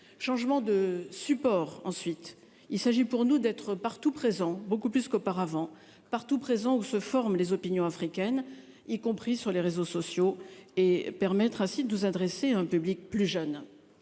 Changement de support, ensuite il s'agit pour nous d'être partout présent, beaucoup plus qu'auparavant partout présent où se forment les opinions africaines, y compris sur les réseaux sociaux et permettre ainsi de nous adresser à un public plus jeune.